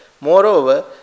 moreover